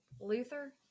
Luther